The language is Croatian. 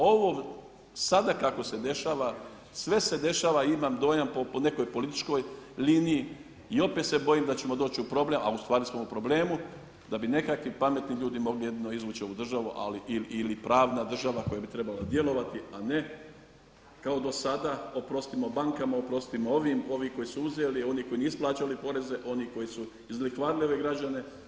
Ovo sada kako se dešava, sve se dešava imam dojam po nekoj političkoj liniji i opet se bojim da ćemo doći u problem, a u stvari smo u problemu da bi nekakvi pametni ljudi mogli jedino izvući ovu državu ili pravna država koja bi trebala djelovati, a ne kao do sada oprostimo bankama, oprostimo ovim, ovi koji su uzeli, oni koji nisu plaćali poreze, oni koji su izlihvarili ove građane.